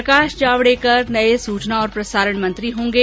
प्रकाश जावड़ेकर नये सूचना और प्रसारण मंत्री होंगे